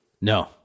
No